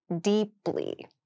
deeply